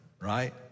right